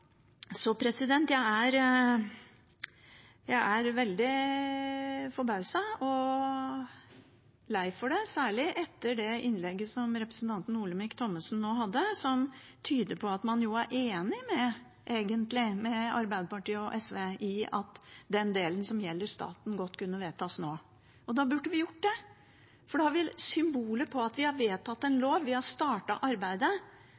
jeg er veldig forbauset og lei for det – særlig etter det innlegget som representanten Olemic Thommessen nå hadde, som tyder på at man egentlig er enig med Arbeiderpartiet og SV i at den delen som gjelder staten, godt kunne vedtas nå. Og da burde vi gjort det, for da har vi symbolet på at vi har vedtatt en lov, vi har startet arbeidet.